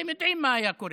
אתם יודעים מה היה קורה.